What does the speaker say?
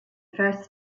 first